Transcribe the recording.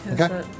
Okay